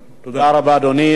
תודה רבה, אדוני.